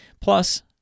Plus